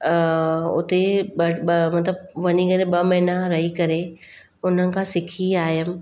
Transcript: हुते ॿ ॿ मतिलबु वञी करे ॿ महिना रही करे उन खां सिखी आयमि